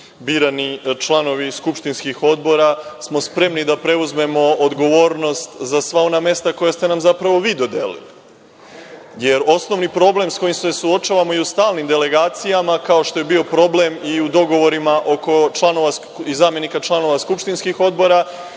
birani članovi skupštinskih odbora, smo spremni da preuzmemo odgovornost za sva ona mesta koja ste nam zapravo vi dodelili. Osnovni problem sa kojim se suočavamo i u stalnim delegacijama, kao što je bio problem i u dogovorima oko članova i zamenika članova skupštinskih odbora,